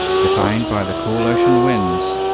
defined by the cool ocean winds,